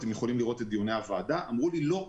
אתם יכולים לראות את דיוני הוועדה לא,